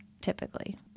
typically